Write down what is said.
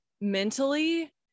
mentally